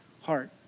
heart